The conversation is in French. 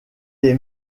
est